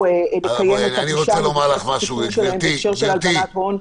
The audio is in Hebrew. לקיים --- בהקשר של הלבנת הון -- גברתי,